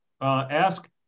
ask